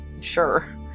sure